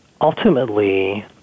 ultimately